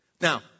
Now